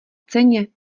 ceně